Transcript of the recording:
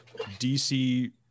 DC